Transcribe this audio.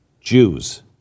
Jews